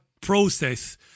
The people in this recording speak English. process